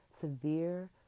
severe